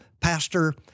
pastor